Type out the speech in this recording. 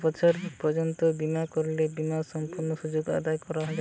কত বছর পর্যন্ত বিমা করলে বিমার সম্পূর্ণ সুযোগ আদায় করা য়ায়?